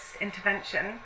intervention